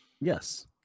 yes